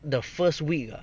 the first week ah